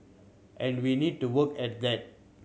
and we need to work at that